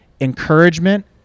encouragement